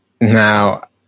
Now